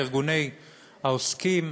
לארגוני העוסקים,